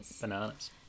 bananas